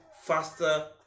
faster